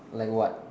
like what